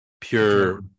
pure